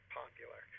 popular